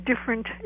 different